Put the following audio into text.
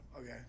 Okay